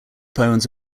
poems